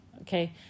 okay